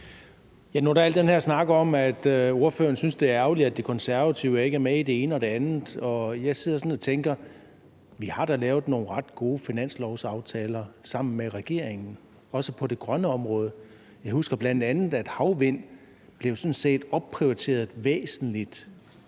Nu er der al den her snak om, at ordføreren synes, at det er ærgerligt, at De Konservative ikke er med i det ene og det andet. Jeg sidder sådan og tænker: Vi har da lavet nogle ret gode finanslovsaftaler sammen med regeringen, også på det grønne område. Jeg husker bl.a., at havvind sådan set blev opprioriteret væsentligt